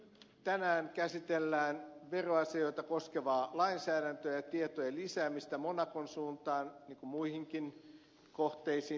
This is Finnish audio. tänään käsitellään veroasioita koskevaa lainsäädäntöä ja tietojen lisäämistä monacon suuntaan niin kuin muihinkin kohteisiin